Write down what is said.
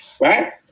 Right